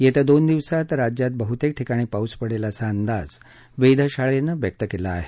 येत्या दोन दिवसात राज्यात बहतेक ठिकाणी पाऊस पडेल असा अंदाज वेधशाळेनं व्यक्त केला आहे